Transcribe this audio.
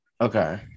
Okay